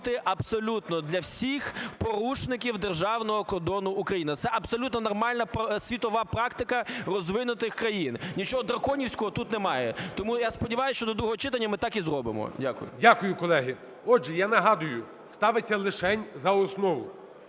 Дякую, колеги. Отже, я нагадую, ставиться лишень за основу.